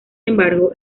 embargo